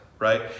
right